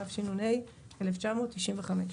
התשנ"ה-1995.